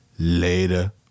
Later